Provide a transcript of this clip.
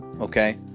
okay